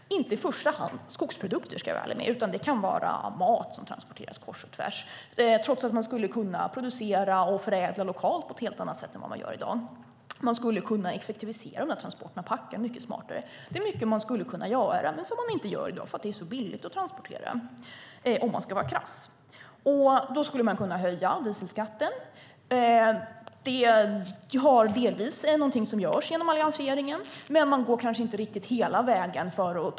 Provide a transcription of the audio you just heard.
Det handlar inte främst om skogsprodukter, utan det kan vara till exempel mat som transporteras trots att man skulle kunna producera och förädla den lokalt på ett helt annat sätt än man gör i dag. Man skulle kunna effektivisera transporterna och packa smartare. Det är mycket man skulle kunna göra men som man inte gör i dag för att det är så billigt att transportera. Då skulle man kunna höja dieselskatten. Det är delvis något som görs av Alliansregeringen, men man går kanske inte hela vägen.